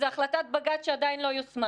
זו החלטת בג"ץ שעדיין לא יושמה.